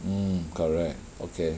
mm correct okay